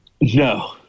No